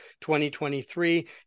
2023